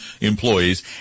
employees